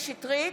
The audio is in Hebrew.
שר הבריאות,